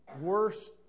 worst